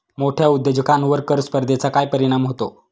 मोठ्या उद्योजकांवर कर स्पर्धेचा काय परिणाम होतो?